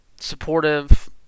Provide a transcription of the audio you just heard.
supportive